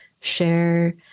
share